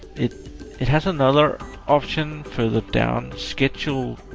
it it has another option for the down schedule